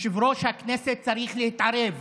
יש החלטה של ועדת האתיקה על הביטויים האלה.